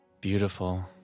Beautiful